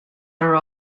are